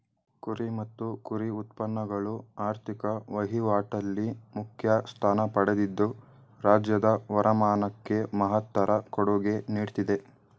ಕುರಿ ಮತ್ತು ಕುರಿ ಉತ್ಪನ್ನಗಳು ಆರ್ಥಿಕ ವಹಿವಾಟಲ್ಲಿ ಮುಖ್ಯ ಸ್ಥಾನ ಪಡೆದಿದ್ದು ರಾಜ್ಯದ ವರಮಾನಕ್ಕೆ ಮಹತ್ತರ ಕೊಡುಗೆ ನೀಡ್ತಿದೆ